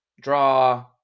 draw